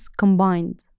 combined